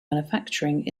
manufacturing